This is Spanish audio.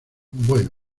bueno